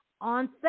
on